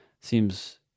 seems